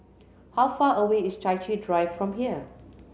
how far away is Chai Chee Drive from here